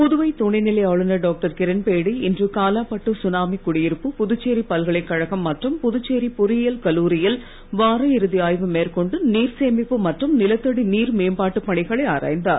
புதுவை துணைநிலை ஆளுநர் டாக்டர் கிரண்பேடி இன்று காலாபட்டு சுனாமி குடியிருப்பு புதுச்சேரி பல்கலைக்கழகம் மற்றும் புதுச்சேரி பொறியியல் கல்லூரியில் வார இறுதி ஆய்வு மேற்கொண்டு நீர் சேமிப்பு மற்றும் நிலத்தடி நீர் மேம்பாட்டுப் பணிகளை ஆராய்ந்தார்